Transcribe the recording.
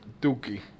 Dookie